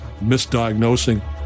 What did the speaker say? misdiagnosing